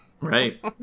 Right